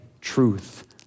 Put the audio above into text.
truth